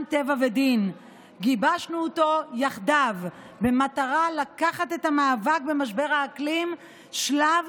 טבע ודין גיבשנו אותו במטרה לקחת את המאבק במשבר האקלים שלב